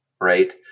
right